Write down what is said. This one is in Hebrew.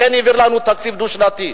לכן העביר לנו תקציב דו-שנתי.